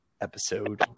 episode